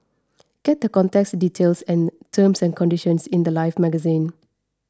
get the contest details and terms and conditions in the Life magazine